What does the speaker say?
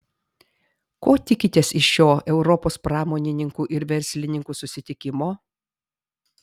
ko tikitės iš šio europos pramonininkų ir verslininkų susitikimo